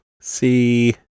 See